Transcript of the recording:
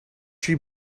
she